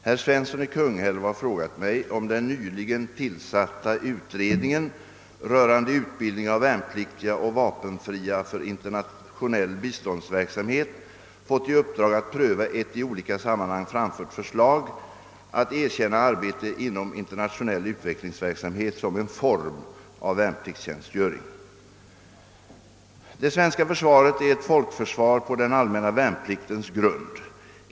Herr Svensson i Kungälv har frågat mig, om den nyligen tillsatta utredningen rörande utbildning av värnpliktiga och vapenfria för internationell biståndsverksamhet fått i uppdrag att pröva ett i olika sammanhang framfört förslag att erkänna arbete inom internationell utvecklingsverksamhet som en form av värnpliktstjänstgöring. Det svenska försvaret är ett folkförsvar på den allmänna värnpliktens grund.